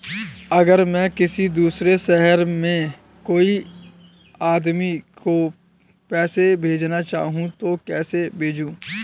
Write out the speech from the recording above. अगर मैं किसी दूसरे शहर में कोई आदमी को पैसे भेजना चाहूँ तो कैसे भेजूँ?